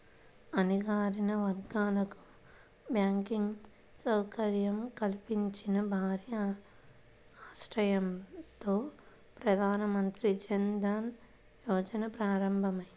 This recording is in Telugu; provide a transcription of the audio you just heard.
అణగారిన వర్గాలకు బ్యాంకింగ్ సౌకర్యం కల్పించాలన్న భారీ ఆశయంతో ప్రధాన మంత్రి జన్ ధన్ యోజన ప్రారంభమైంది